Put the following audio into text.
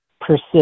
persist